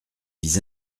vise